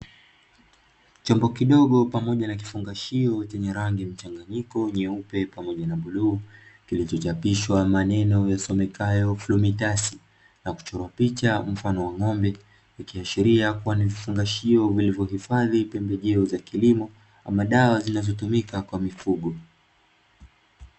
Chombo kidogo pamoja na kifungashio chenye rangi mchanganyiko nyeupe pamoja na bluu, kilichochapishwa maneno yasomekayo “Flomitacid” na kuchorwa picha mfano wa ng’ombe, ikiashiria kuwa ni vifungashio vilvyohifadhi pembejeo za kilimo, ama dawa zinazotumika kwa mifugo.